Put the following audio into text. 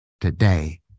Today